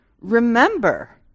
Remember